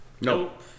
Nope